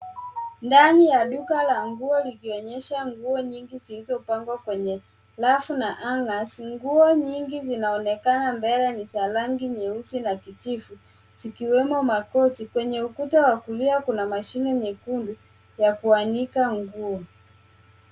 Ndani ya duka la nguo likionyesha nguo nyingi zilizopangwa kwenye rafu na hangers . Nguo nyingi zinaonekana mbele ni za rangi nyeusi na kijivu, zikiwemo makoti. Kwenye ukuta wa kulia kuna mashine nyekundu ya kuanika nguo.